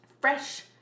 Fresh